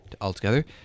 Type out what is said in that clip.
altogether